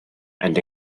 and